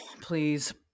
Please